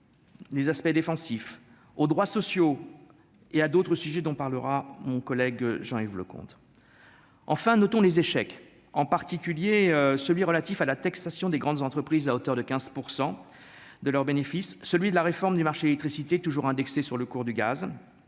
Les aspects défensifs aux droits sociaux et à d'autres sujets dont parlera mon collègue Jean-Yves Leconte enfin notons les échecs, en particulier celui relatif à la taxation des grandes entreprises à hauteur de 15 % de leurs bénéfices, celui de la réforme du marché électricité toujours indexé sur le cours du gaz,